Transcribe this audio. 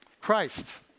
Christ